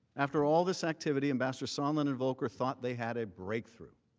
after all this activity, ambassador sondland and volker thought they had a breakthrough.